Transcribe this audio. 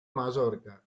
mallorca